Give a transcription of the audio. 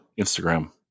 Instagram